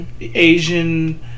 Asian